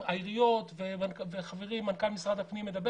נציגי העיריות וכן חברי מנכ"ל משרד הפנים מדברים